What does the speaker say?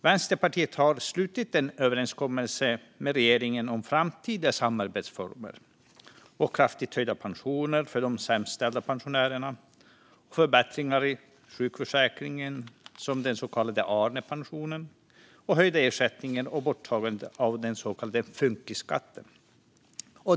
Vänsterpartiet har slutit en överenskommelse med regeringen om framtida samarbetsformer, kraftigt höjda pensioner för de pensionärer som har det sämst ställt, förbättringar i sjukförsäkringen, det vill säga den så kallade Arnepensionen, höjda ersättningar och borttagen så kallad funkisskatt.